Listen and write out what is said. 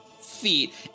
feet